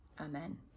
Amen